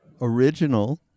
original